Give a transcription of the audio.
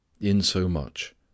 Insomuch